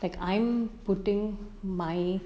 like I'm putting my